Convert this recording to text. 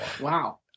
wow